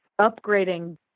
upgrading